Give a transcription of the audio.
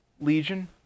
Legion